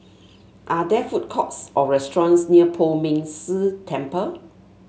are there food courts or restaurants near Poh Ming Tse Temple